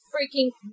Freaking